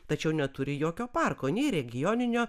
tačiau neturi jokio parko nei regioninio